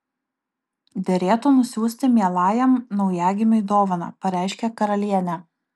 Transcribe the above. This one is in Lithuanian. derėtų nusiųsti mielajam naujagimiui dovaną pareiškė karalienė